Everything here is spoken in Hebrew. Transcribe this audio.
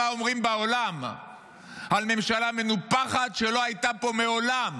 מה אומרים בעולם על ממשלה מנופחת שלא הייתה פה מעולם.